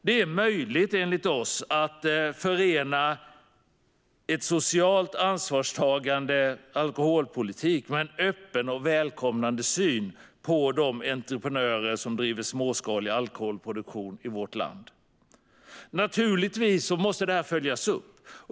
Det är enligt oss möjligt att förena en socialt ansvarstagande alkoholpolitik med en öppen och välkomnande syn på de entreprenörer som driver småskalig alkoholproduktion i vårt land. Naturligtvis måste detta följas upp.